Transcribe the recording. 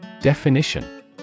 Definition